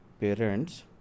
parents